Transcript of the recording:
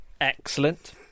Excellent